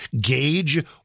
gauge